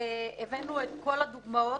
הבאנו את כל הדוגמאות